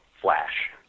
flash